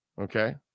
okay